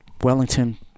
Wellington